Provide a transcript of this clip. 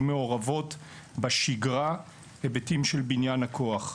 המעורבות בשגרה בהיבטים של בניין הכוח.